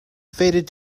faded